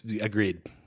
agreed